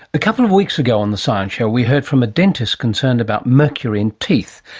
a couple of weeks ago on the science show we heard from a dentist concerned about mercury in teeth.